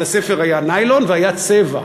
על הספר היה ניילון, והיה צבע.